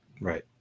Right